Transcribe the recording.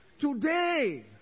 Today